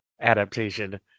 adaptation